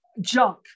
junk